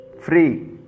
free